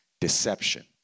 deception